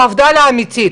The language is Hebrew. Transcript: המפד"ל האמיתית,